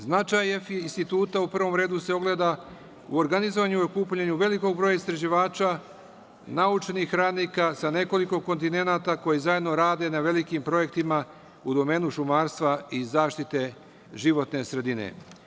Značaj EFI instituta u prvom redu se ogleda u organizovanju i okupljanju velikog broja istraživača, naučnih radnika sa nekoliko kontinenata, koji zajedno rade na velikim projektima u domenu šumarstva i zaštite životne sredine.